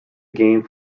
game